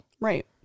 Right